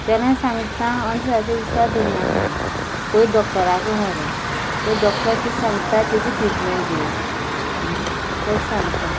तेन्ना सांगता अंधश्रद्धाचेर विश्वास दवरनाका पयलीं डॉक्टराको व्हराय पयली डॉक्टर किदें सांगता तेजी ट्रिटमेंट घेयाय तशें सांगता